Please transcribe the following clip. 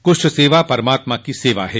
कुष्ठ सेवा परमात्मा की सेवा है